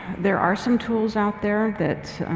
there are some tools out there that,